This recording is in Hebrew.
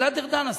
גלעד ארדן,